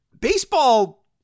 baseball